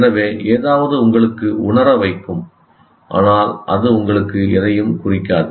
எனவே ஏதாவது உங்களுக்கு உணர வைக்கும் ஆனால் அது உங்களுக்கு எதையும் குறிக்காது